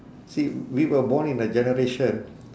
see we were born in a generation